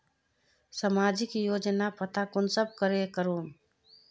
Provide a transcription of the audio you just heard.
सामाजिक योजनार पता कुंसम करे करूम?